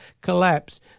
collapse